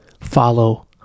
follow